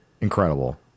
incredible